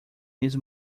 his